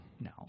No